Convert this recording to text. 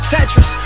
Tetris